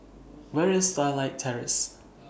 Where IS Starlight Terrace